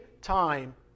time